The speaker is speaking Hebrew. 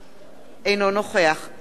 אינו נוכח ישראל כץ,